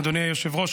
אדוני היושב-ראש,